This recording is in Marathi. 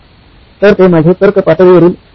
तर ते माझे तर्क पातळीवरील दुसरे स्तर होते